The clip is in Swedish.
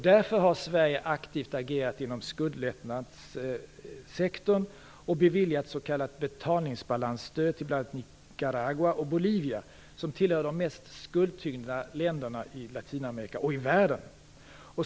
Därför har Sverige agerat aktivt inom skuldlättnadssektorn och beviljat s.k. betalningsbalansstöd till bl.a. Nicaragua och Bolivia, som tillhör de mest skuldtyngda länderna i Latinamerika och i världen.